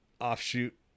offshoot